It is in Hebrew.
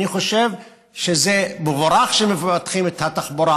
אני חושב שזה מבורך שמפתחים את התחבורה,